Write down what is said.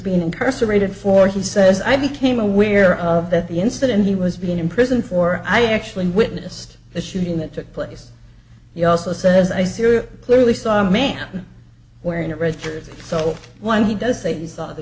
being incarcerated for he says i became aware of that the instant he was being in prison for i actually witnessed the shooting that took place he also says i syria clearly saw a man wearing a red jacket so when he does say he saw the